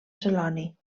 celoni